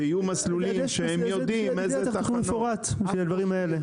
צריך תכנון מפורט בשביל הדברים האלה.